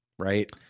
right